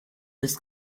bis